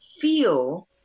feel